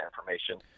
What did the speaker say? information